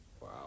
Wow